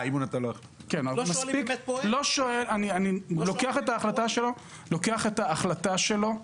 אני מאמץ את ההחלטה שלו.